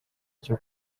cyo